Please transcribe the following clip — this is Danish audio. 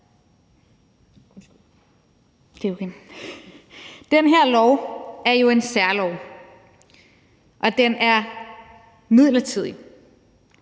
Den her lov er jo en særlov, og den er midlertidig.